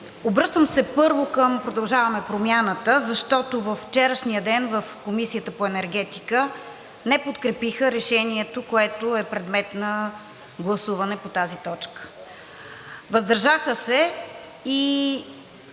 Обръщам се първо към „Продължаваме Промяната“, защото във вчерашния ден в Комисията по енергетика не подкрепиха Решението, което е предмет на гласуване по тази точка – въздържаха се и